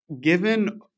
given